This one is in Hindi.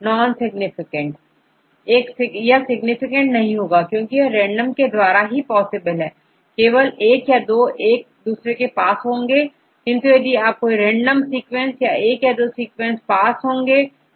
छात्र नानसिग्निफिकेंट यह सिग्निफिकेंट नहीं होगा क्योंकि यह रेंडम के द्वारा ही पॉसिबल है और केवल एक या दो एक दूसरे के पास होंगे यदि आप कोई रेंडम सीक्वेंस तो एक या दो सीक्वेंस पास होंगे